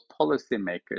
policymakers